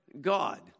God